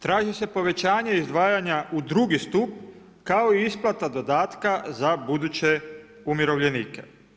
Traži se povećanje izdvajanja u II. stup kao i isplata dodatka za buduće umirovljenike.